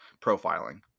profiling